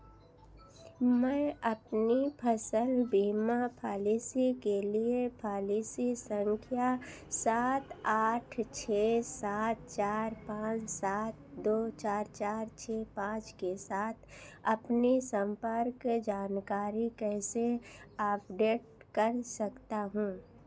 मैं अपनी फसल बीमा पॉलिसी के लिए पॉलिसी संख्या सात आठ छः सात चार पाँच सात दो चार चार छः पाँच के साथ अपनी संपर्क जानकारी कैसे आपडेट कर सकता हूँ